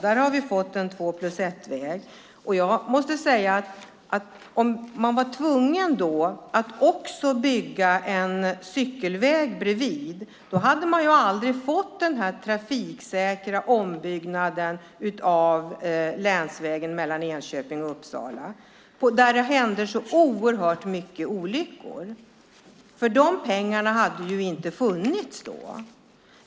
Där har vi fått en två-plus-ett-väg, och jag måste säga att om man varit tvungen att bygga en cykelväg bredvid hade vi aldrig fått den trafiksäkra ombyggnaden av länsvägen mellan Enköping och Uppsala, en väg där det tidigare hände många olyckor. Då hade de pengarna inte funnits.